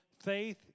faith